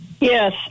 Yes